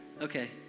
Okay